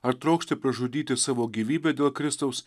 ar trokšti pražudyti savo gyvybę dėl kristaus